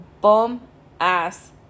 bum-ass